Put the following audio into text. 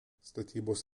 statybos